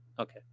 Okay